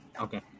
Okay